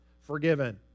forgiven